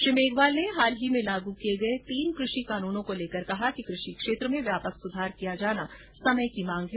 श्री मेघवाल ने हाल ही में लागू किए गए तीनों कृषि कानूनो को लेकर कहा कि कृषि क्षेत्र में व्यापक सुधार किया जाना समय की मांग है